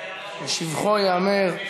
לשבחו ייאמר,